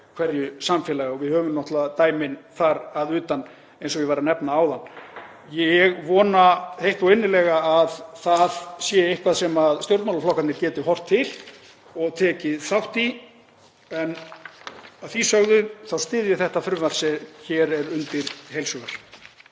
hverju samfélagi og við höfum náttúrlega dæmin þar að utan eins og ég var að nefna áðan. Ég vona heitt og innilega að það sé eitthvað sem stjórnmálaflokkarnir geti horft til og tekið þátt í en að því sögðu styð ég þetta frumvarp sem hér er undir heils hugar.